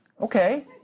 Okay